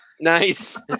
Nice